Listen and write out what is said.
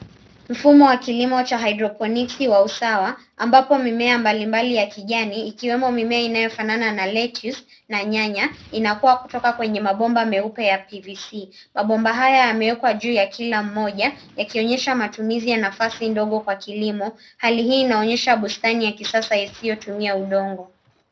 Mfumo wa kilimo cha hydroponics wa usawa ambapo mimea mbalimbali ya kijani ikiwemo mimea inayofanana na lettuce na nyanya inakuwa kutoka kwenye mabomba meupe ya p v c. Mabomba haya yamewekwa juu ya kila mmoja yakionyesha matumizi ya nafasi ndogo kwa kilimo. Hali hii inaonyesha bustani ya kisasa isiyotumia udongo.